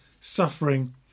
suffering